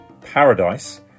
Paradise